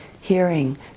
hearing